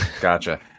Gotcha